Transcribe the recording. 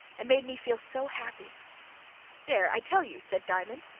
and made me feel so happy there, i tell you! said diamond.